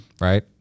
Right